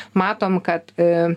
matom kad